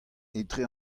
etre